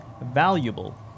valuable